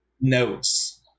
notes